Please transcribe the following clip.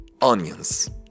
onions